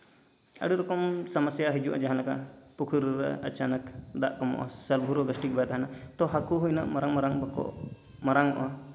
ᱟᱹᱰᱤ ᱨᱚᱠᱚᱢ ᱥᱚᱢᱚᱥᱥᱟ ᱦᱤᱡᱩᱜᱼᱟ ᱡᱟᱦᱟᱸ ᱞᱮᱠᱟ ᱯᱩᱠᱷᱩᱨᱤ ᱨᱮ ᱟᱪᱟᱱᱚᱠ ᱫᱟᱜ ᱠᱚᱢᱚᱜᱼᱟ ᱥᱮ ᱥᱟᱞ ᱵᱷᱳᱨ ᱦᱚᱸ ᱵᱮᱥ ᱴᱷᱤᱠ ᱵᱟᱭ ᱛᱟᱦᱮᱱᱟ ᱛᱚ ᱦᱟᱹᱠᱩ ᱦᱚᱸ ᱩᱱᱟᱹᱜ ᱢᱟᱨᱟᱝ ᱵᱟᱠᱚ ᱢᱟᱨᱟᱝ ᱚᱜᱼᱟ